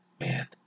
Man